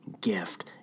gift